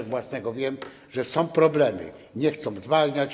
Z własnego życia wiem, że są problemy, nie chcą zwalniać.